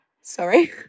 Sorry